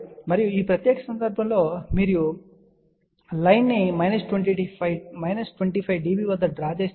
మరియు ఈ ప్రత్యేక సందర్భంలో మీరు ఈ లైన్ ను మైనస్ 25 dB వద్ద డ్రా చేసినట్లు చూడవచ్చు